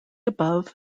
above